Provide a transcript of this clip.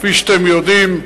כפי שאתם יודעים.